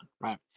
right